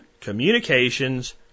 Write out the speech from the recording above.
Communications